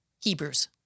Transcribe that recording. Hebrews